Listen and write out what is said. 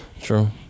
True